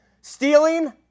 stealing